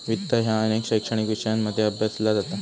वित्त ह्या अनेक शैक्षणिक विषयांमध्ये अभ्यासला जाता